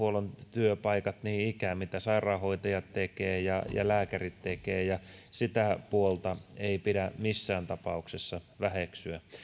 työpaikat mitä sairaanhoitajat tekevät ja lääkärit tekevät sitä puolta ei pidä missään tapauksessa väheksyä